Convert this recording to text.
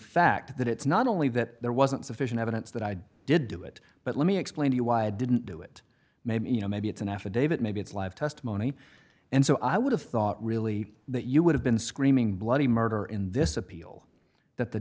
fact that it's not only that there wasn't sufficient evidence that i did do it but let me explain to you why i didn't do it maybe you know maybe it's an affidavit maybe it's live testimony and so i would have thought really that you would have been screaming bloody murder in this appeal that the